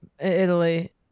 Italy